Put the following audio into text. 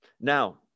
Now